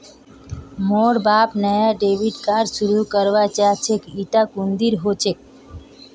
मोर बाप नाया डेबिट कार्ड शुरू करवा चाहछेक इटा कुंदीर हतेक